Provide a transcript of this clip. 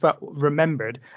remembered